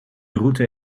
route